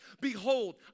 Behold